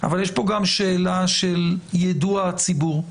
אבל יש פה גם שאלה של יידוע הציבור.